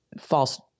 false